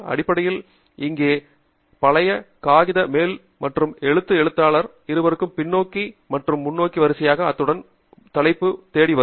அடிப்படையில் இங்கே பழைய காகித மேல் மற்றும் முதல் எழுத்தாளர் இருவரும் பின்னோக்கி மற்றும் முன்னோக்கி வரிசையாக்க அத்துடன் மூல தலைப்பு தேடி வரும்